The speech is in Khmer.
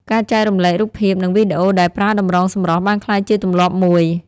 ការចែករំលែករូបភាពនិងវីដេអូដែលប្រើតម្រងសម្រស់បានក្លាយជាទម្លាប់មួយ។